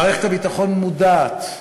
מערכת הביטחון מודעת לבעיה,